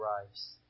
arrives